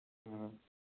ꯑ